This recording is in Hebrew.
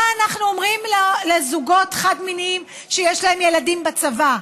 מה אנחנו אומרים לזוגות חד-מיניים שיש להם ילדים בצבא,